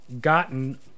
gotten